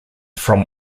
from